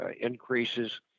increases